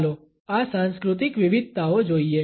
ચાલો આ સાંસ્કૃતિક વિવિધતાઓ જોઈએ